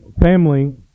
family